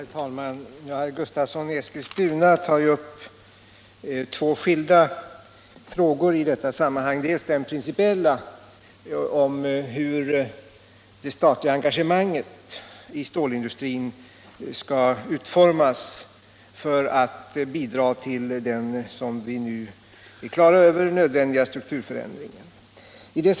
Herr talman! Herr Gustavsson i Eskilstuna tar här upp två skilda frågor. Den första är den principiella frågan hur det statliga engagemanget i stålindustrin skall utformas för att bidra till den som vi nu är på det klara med nödvändiga strukturförändringen.